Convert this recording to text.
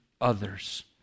others